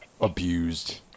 abused